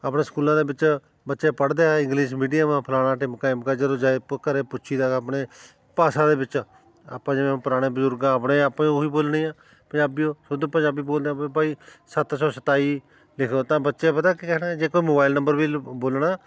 ਆਪਣੇ ਸਕੂਲਾਂ ਦੇ ਵਿੱਚ ਬੱਚੇ ਪੜ੍ਹਦੇ ਆ ਇੰਗਲਿਸ਼ ਮੀਡੀਅਮ ਫਲਾਣਾ ਢਿਮਕਾ ਅਮਕਾ ਜਦੋਂ ਜਾਏ ਪ ਘਰ ਪੁੱਛੀਦਾ ਆਪਣੇ ਭਾਸ਼ਾ ਦੇ ਵਿੱਚ ਆਪਾਂ ਜਿਵੇਂ ਪੁਰਾਣੇ ਬਜ਼ੁਰਗ ਆ ਆਪਣੇ ਆਪੇ ਉਹੀ ਬੋਲਣੀ ਆ ਪੰਜਾਬੀ ਓ ਸ਼ੁੱਧ ਪੰਜਾਬੀ ਬੋਲਦਾ ਵੀ ਭਾਈ ਸੱਤ ਸੌ ਸਤਾਈ ਲਿਖੋ ਤਾਂ ਬੱਚੇ ਪਤਾ ਕੀ ਕਹਿਣਗੇ ਜੇ ਕੋਈ ਮੋਬਾਇਲ ਨੰਬਰ ਵੀ ਬੋਲਣਾ